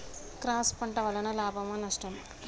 Cross పంట వలన లాభమా నష్టమా?